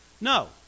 No